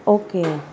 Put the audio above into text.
okay